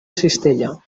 cistella